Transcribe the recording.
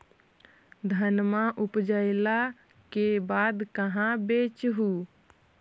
धनमा उपजाईला के बाद कहाँ बेच हू?